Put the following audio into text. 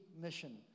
mission